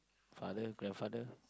father grandfather